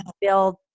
build